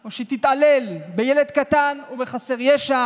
או שתתעלל בילד קטן או בחסר ישע